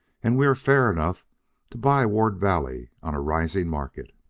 and we are fair enough to buy ward valley on a rising market.